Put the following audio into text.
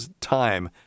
time